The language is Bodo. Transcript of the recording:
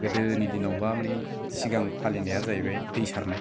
गोदोनि दिनावबा माने सिगां फालिनाया जाहैबाय दै सारनाय